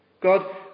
God